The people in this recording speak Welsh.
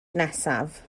nesaf